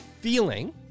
feeling